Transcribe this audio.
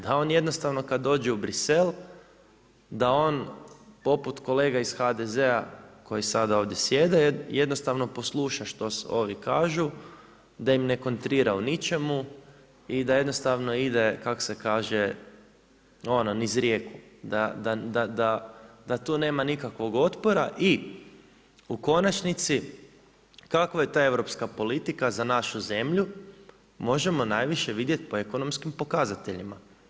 Da on jednostavno kad dođe u Brisel, da on poput kolega iz HDZ-a koji sada ovdje sjede, jednostavno posluša što ovi kažu, da im ne kontrira u ničemu i da jednostavno ide kak se kaže niz rijeku, da tu nema nikakvog otpora i u konačnici, kakva je ta europska politika za našu zemlju, možemo najviše vidjeti po ekonomskim pokazateljima.